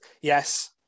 Yes